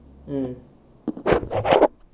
mm